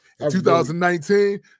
2019